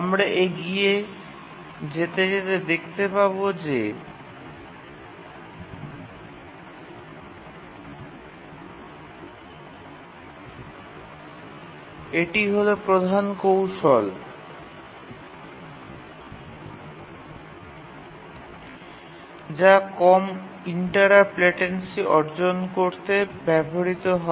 আমরা এগিয়ে যেতে যেতে দেখতে পাব যে এটি হল প্রধান কৌশল যা কম ইন্টারাপ্ট লেটেন্সি অর্জন করতে ব্যবহৃত হয়